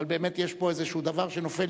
אבל באמת יש פה איזה דבר שנופל,